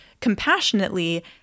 compassionately